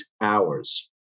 hours